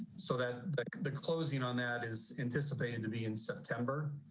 so that the closing on that is anticipated to be in september.